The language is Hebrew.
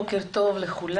בוקר טוב לכולם.